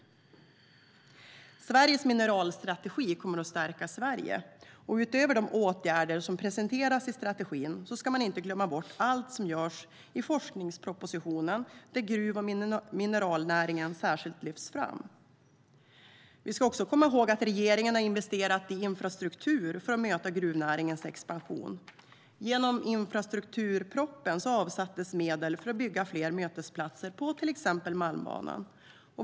Sveriges mineralstrategi kommer att stärka Sverige. Utöver de åtgärder som presenteras i strategin ska man inte glömma bort allt som görs i forskningspropositionen, där gruv och mineralnäringen särskilt lyfts fram. Vi ska också komma ihåg att regeringen har investerat i infrastruktur för att möta gruvnäringens expansion. Genom infrastrukturpropositionen avsattes medel för att bygga fler mötesplatser på till exempel Malmbanan.